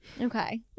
Okay